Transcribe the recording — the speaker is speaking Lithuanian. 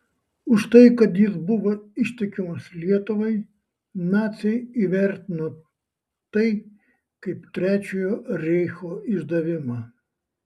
už tai kad jis buvo ištikimas lietuvai naciai įvertino tai kaip trečiojo reicho išdavimą